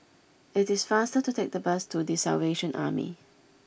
it is faster to take the bus to The Salvation Army